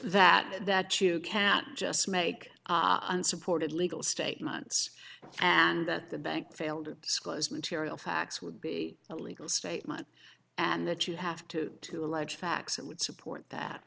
that that you cannot just make unsupported legal statements and that the bank failed to disclose material facts would be a legal statement and that you have to to allege facts that would support that